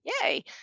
yay